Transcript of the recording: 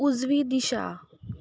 उजवी दिशा